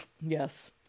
yes